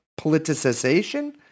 politicization